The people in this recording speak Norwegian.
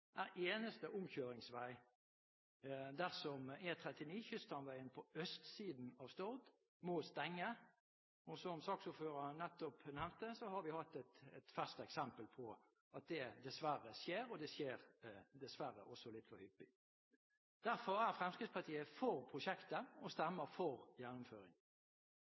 er eneste omkjøringsvei dersom E39 Kyststamveien på østsiden av Stord må stenge. Som saksordføreren nettopp nevnte, har vi hatt et ferskt eksempel på at det dessverre skjer, og det skjer dessverre også litt for hyppig. Derfor er Fremskrittspartiet for prosjektet, og stemmer for gjennomføring.